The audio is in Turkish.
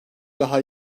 daha